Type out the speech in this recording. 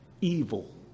evil